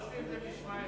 הפלסטינים זה מישמעאל.